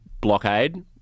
blockade